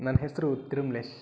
ನನ್ನ ಹೆಸರು ತಿರುಮಲೇಶ್